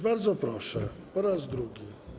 Bardzo proszę po raz drugi.